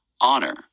honor